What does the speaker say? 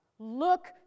Look